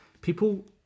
people